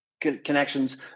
connections